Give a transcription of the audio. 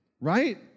right